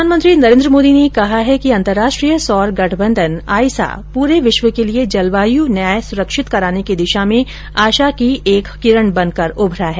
प्रधानमंत्री नरेन्द्र मोदी ने कहा है कि अंतर्राष्ट्रीय सौर गठबंधन आइसा पूरे विश्व के लिए जलवाय् न्याय सुरक्षित कराने की दिशा में आशा की एक किरण बनकर उभरा है